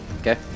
Okay